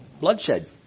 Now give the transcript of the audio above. bloodshed